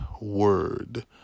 word